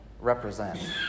represent